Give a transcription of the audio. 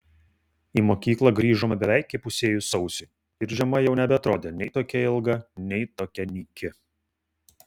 į mokyklą grįžome beveik įpusėjus sausiui ir žiema jau nebeatrodė nei tokia ilga nei tokia nyki